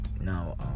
Now